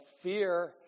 fear